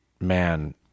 man